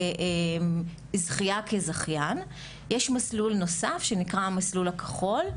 לזכייה כזכיין יש מסלול נוסף שנקרא המסלול הכחול,